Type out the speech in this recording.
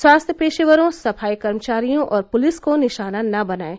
स्वास्थ्य पेशेवरों सफाई कर्मचारियों और पुलिस को निशाना न बनाएं